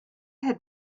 had